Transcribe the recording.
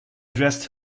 dressed